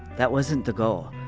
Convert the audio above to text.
that wasn't the goal.